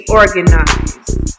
organized